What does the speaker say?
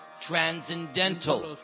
transcendental